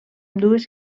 ambdues